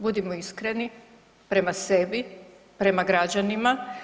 Budimo iskreni prema sebi, prema građanima.